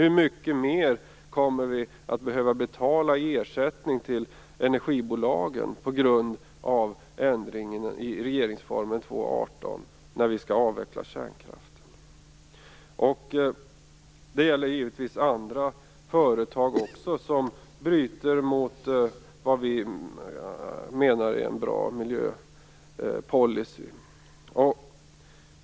Hur mycket mer kommer vi att behöva betala i ersättning till energibolagen på grund av ändringen i § 2:18 i regeringsformen, när vi skall avveckla kärnkraften? Det gäller givetvis också andra företag som bryter mot det som vi menar är en bra miljöpolicy.